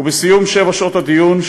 ובסיום שבע שעות הדיון,